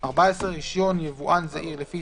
ימים לפחות לפני מועד הפקיעה המקורי של האישור,